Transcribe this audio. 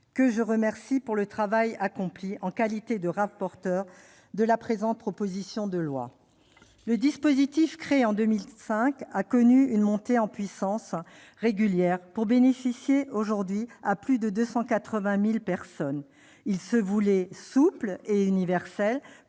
pour le remercier du travail accompli en qualité de rapporteur de la présente proposition de loi. Le dispositif, créé en 2005, a connu une montée en puissance régulière pour bénéficier aujourd'hui à plus de 280 000 personnes. Alors qu'il se voulait souple et universel,